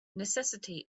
necessity